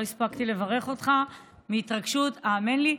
לא הספקתי לברך אותך, מהתרגשות, האמן לי.